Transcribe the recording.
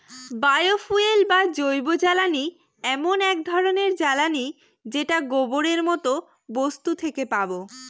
বায় fuel বা জৈবজ্বালানী এমন এক ধরনের জ্বালানী যেটা গোবরের মতো বস্তু থেকে পাবো